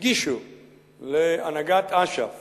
הגישו להנהגת אש"ף